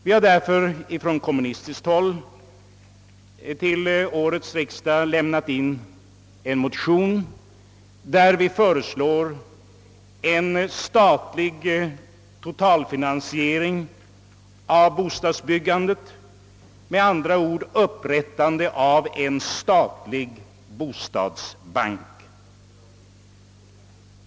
Vi har därför från kommunistiskt håll vid årets riksdag väckt en motion, i vilken vi föreslår en statlig totalfinansiering av bostadsbyggandet, med andra ord upprättande av en statlig bostadsbank.